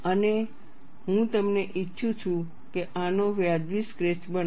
અને હું તમને ઈચ્છું છું કે આનો વાજબી સ્કેચ બનાવો